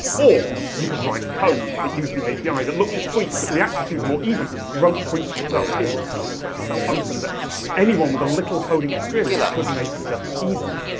or you could write code that used the api, that looked at tweets, that reacted to them, or even wrote tweets of its own. it was so quick, so open that anyone with a little coding experience could make stuff easily.